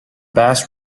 bass